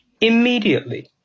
immediately